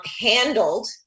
handled